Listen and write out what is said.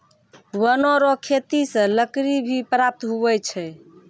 वन रो खेती से लकड़ी भी प्राप्त हुवै छै